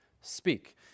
speak